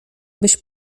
byś